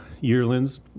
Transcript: yearlings